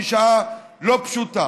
שהיא שעה לא פשוטה.